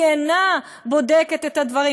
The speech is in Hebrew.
היא אינה בודקת את הדברים,